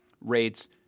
rates